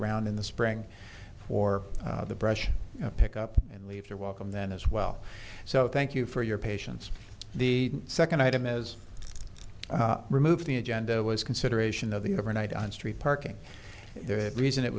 around in the spring for the brush pick up and leave your welcome then as well so thank you for your patience the second item is removed the agenda was consideration of the overnight on street parking the reason it